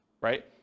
Right